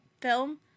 film